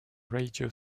radio